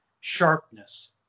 sharpness